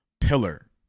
pillar